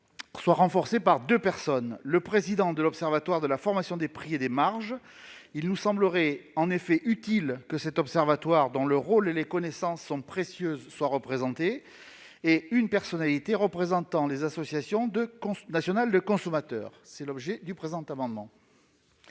soit renforcé par deux personnes. D'abord, le président de l'Observatoire de la formation des prix et des marges (OFPM). Il nous semblerait en effet utile que cet observatoire, dont le rôle et les connaissances sont précieux, soit représenté. Puis, une personnalité représentant les associations nationales de consommateurs. C'est l'objet du présent amendement.